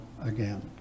again